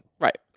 Right